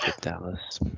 Dallas